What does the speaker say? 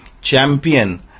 champion